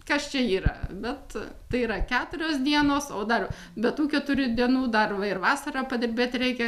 kas čia yra bet tai yra keturios dienos o dar be tų keturių dienų dar va ir vasarą padirbėti reikia